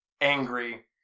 angry